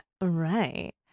Right